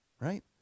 right